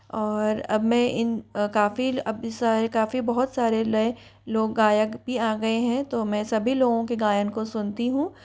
और अब मैं इन काफ़ी अब सारे काफ़ी बहुत सारे लय लोग गायक भी आ गए हैं तो मैं सभी लोगों के गायन को सुनती हूँ